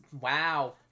Wow